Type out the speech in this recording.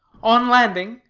on landing,